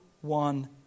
one